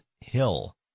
Hill